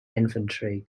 infantry